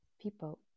people